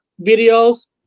videos